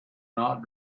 not